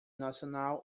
nacional